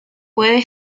puede